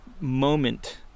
moment